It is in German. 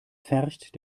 pfercht